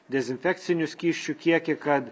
dezinfekcinių skysčių kiekį kad